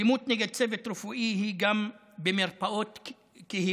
אלימות נגד צוות רפואי היא גם במרפאות בקהילה,